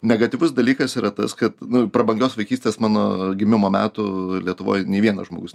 negatyvus dalykas yra tas kad prabangios vaikystės mano gimimo metų lietuvoj nei vienas žmogus